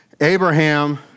Abraham